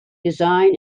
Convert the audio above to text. design